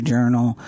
Journal